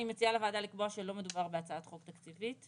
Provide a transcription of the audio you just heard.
אני מציעה לוועדה לקבוע שלא מדובר בהצעת חוק תקציבית.